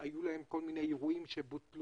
היו להם כל מיני אירועים שבוטלו.